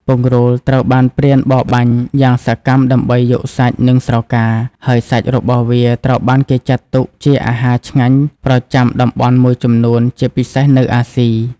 ពង្រូលត្រូវបានព្រានបរបាញ់យ៉ាងសកម្មដើម្បីយកសាច់ និងស្រកា ហើយសាច់របស់វាត្រូវបានគេចាត់ទុកជាអាហារឆ្ងាញ់ប្រចាំតំបន់មួយចំនួន ជាពិសេសនៅអាស៊ី។